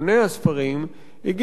הגיע הזמן שגם מדינת ישראל,